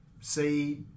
see